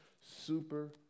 Super